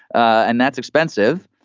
and that's expensive.